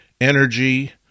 energy